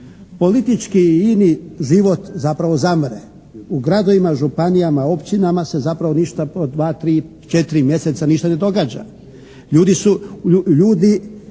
Politički i ini život zapravo zamre u gradovima, županijama, općinama se zapravo ništa po 2, 3, 4 mjeseca ništa ne događa.